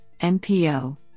MPO